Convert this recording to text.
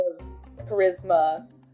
charisma